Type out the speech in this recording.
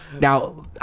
now